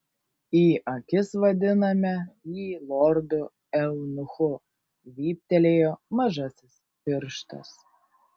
į akis vadiname jį lordu eunuchu vyptelėjo mažasis pirštas